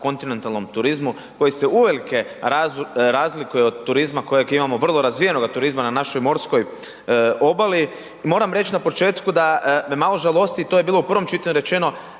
kontinentalnom turizmu koji se uvelike razlikuje od turizma kojeg imamo vrlo razvijenoga turizma na našoj morskoj obali. Moram reć na početku da me malo žalosti, to je bilo u prvom čitanju rečeno,